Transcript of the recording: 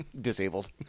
Disabled